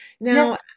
now